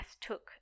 took